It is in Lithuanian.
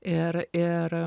ir ir